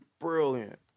brilliant